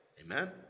Amen